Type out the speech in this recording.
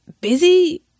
Busy